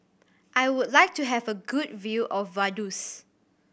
I would like to have a good view of Vaduz